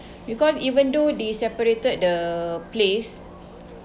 because even though they separated the place